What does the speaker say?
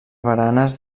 baranes